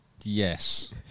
Yes